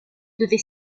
devait